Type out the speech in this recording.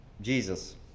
Jesus